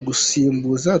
gusimbuza